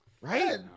right